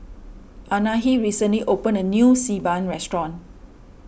Anahi recently opened a new Xi Ban restaurant